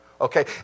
okay